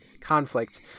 Conflict